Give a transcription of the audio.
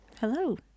Hello